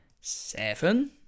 seven